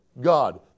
god